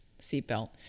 seatbelt